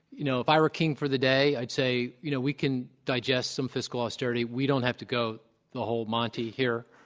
you know, if i were king for the day, i'd say, you know, we can digest some fiscal austerity. we don't have to go the whole monty here,